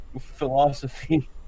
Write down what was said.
philosophy